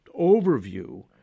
overview